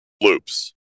loops